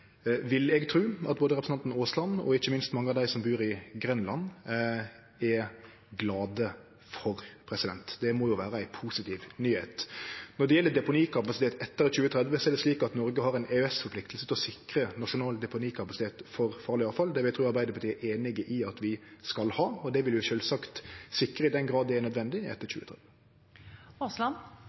vil eg tru at både representanten Aasland og ikkje minst mange av dei som bur i Grenland, er glade for. Det må jo vere ei positiv nyheit. Når det gjeld deponikapasitet etter 2030, er det slik at Noreg har ei EØS-forplikting til å sikre nasjonal deponikapasitet for farleg avfall. Det vil eg tru Arbeidarpartiet er einig i at vi skal ha, og det vil vi sjølvsagt sikre, i den grad det er nødvendig, etter